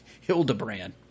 Hildebrand